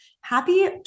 Happy